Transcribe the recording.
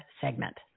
segment